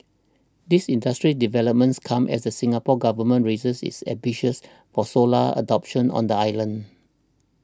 these industry developments come as the Singapore Government raises its ambitions for solar adoption on the island